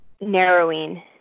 narrowing